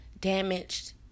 damaged